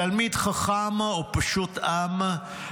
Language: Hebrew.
תלמיד חכם או פשוט עם,